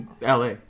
la